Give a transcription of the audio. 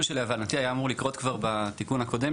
להבנתי זה משהו שהיה אמור לקרות כבר בתיקון הקודם